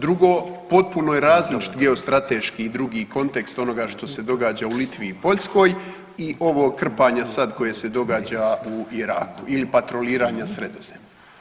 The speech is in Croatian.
Drugo potpuno je različit geostrateški i drugi kontekst onoga što se događa u Litvi i Poljskoj i ovo krpanje sad koje se događa u Iraku ili patroliranja Sredozemljem.